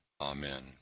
amen